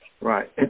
Right